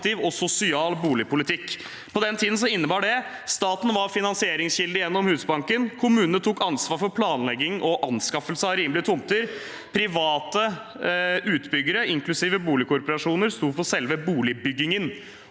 og sosial boligpolitikk, innebar følgende: Staten var finansieringskilde gjennom Husbanken. Kommunene tok ansvar for planlegging og anskaffelse av rimelige tomter. Private utbyggere, inklusiv boligkooperasjoner, sto for selve boligbyggingen.